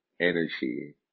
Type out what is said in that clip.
energy